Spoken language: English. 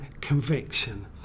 conviction